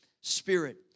spirit